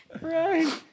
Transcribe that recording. Right